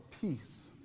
peace